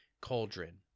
cauldron